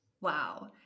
Wow